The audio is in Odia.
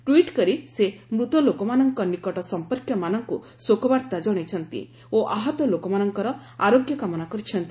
ଟ୍ୱିଟ୍ କରି ସେ ମୃତଲୋକମାନଙ୍କ ନିକଟ ସଂପର୍କୀୟମାନଙ୍କୁ ଶୋକବାର୍ତ୍ତା ଜଣାଇଛନ୍ତି ଓ ଆହତ ଲୋକମାନଙ୍କର ଆରୋଗ୍ୟ କାମନା କରିଛନ୍ତି